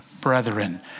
brethren